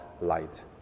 light